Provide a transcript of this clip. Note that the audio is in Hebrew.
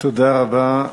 תודה רבה,